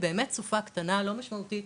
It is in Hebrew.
באמת סופה קטנה לא משמעותית.